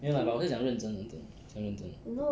没有 lah but 我是讲认真的点讲认真的